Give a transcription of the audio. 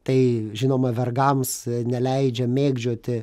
tai žinoma vergams neleidžia mėgdžioti